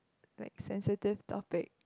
like sensitive topic